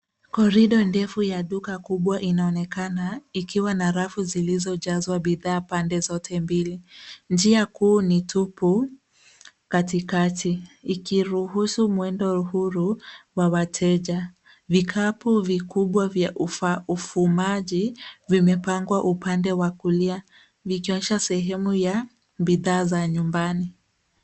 Korido ndefu ya duka kubwa inaonekana ikiwa na rafu zilizojazwa bidhaa pande zote mbili. Njia kuu ni tupu, katikati, ikiruhusu mwendo huru wa wateja. Vikapu vikubwa vya ufumaji vimepangwa upande wa kulia, vikionyesha sehemu ya bidhaa za nyumbani.